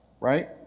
Right